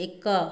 ଏକ